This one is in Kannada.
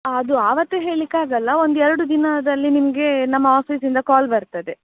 ಹಾಂ ಅದು ಆವತ್ತು ಹೇಳ್ಲಿಕ್ಕೆ ಆಗಲ್ಲ ಒಂದು ಎರಡು ದಿನದಲ್ಲಿ ನಿಮಗೆ ನಮ್ಮ ಆಫೀಸಿಂದ ಕಾಲ್ ಬರ್ತದೆ